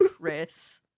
Chris